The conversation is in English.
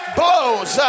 blows